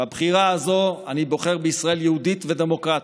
בבחירה הזו אני בוחר בישראל יהודית ודמוקרטית,